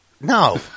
No